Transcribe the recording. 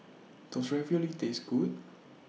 Does Ravioli Taste Good